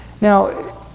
Now